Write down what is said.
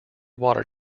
water